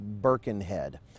Birkenhead